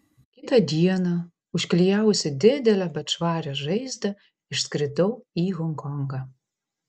kitą dieną užklijavusi didelę bet švarią žaizdą išskridau į honkongą